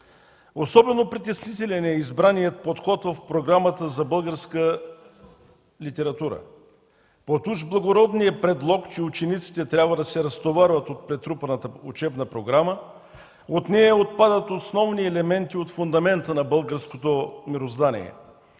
Особено притеснителен е избраният подход в програмата за българска литература. Под уж благородния предлог, че учениците трябва да се разтоварват от претрупаната учебна програма от нея отпадат основни елементи от фундамента на българското мироздание